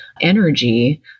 energy